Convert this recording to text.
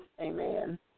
amen